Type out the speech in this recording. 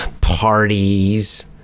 parties